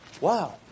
wow